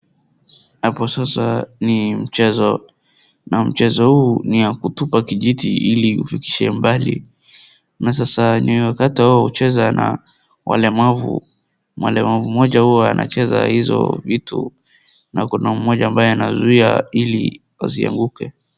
Hapo sasa ni mchezo, na mchezo huu ni wa kutupa kijiti ili ifikieshe mbali, na sasa ni wakati wa kucheza wa walemavu. Mlemavu mmoja anacheza hii kitu na kuna mmoja ambaye anazuia ili asianguke.